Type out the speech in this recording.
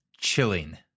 chilling